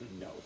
no